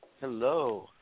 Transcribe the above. Hello